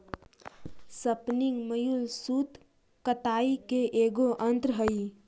spinning mule सूत कताई के एगो यन्त्र हई